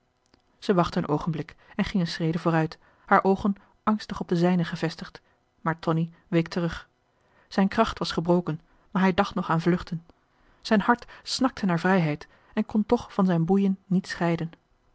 zij wachtte een oogenblik en ging een schrede vooruit haar oogen angstig op de zijnen gevestigd maar tonie week terug zijn kracht was gebroken maar hij dacht nog aan vluchten zijn hart snakte naar vrijheid en kon toch van zijn boeien niet scheiden